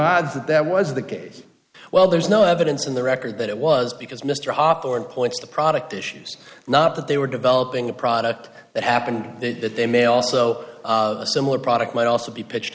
that that was the case well there's no evidence in the record that it was because mr hopper and points the product issues not that they were developing a product that happened that that they may also a similar product might also be pitched